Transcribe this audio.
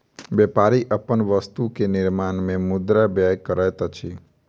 व्यापारी अपन वस्तु के निर्माण में मुद्रा व्यय करैत अछि